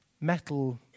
metal